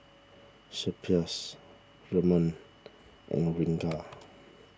Suppiah Ramnath and Ranga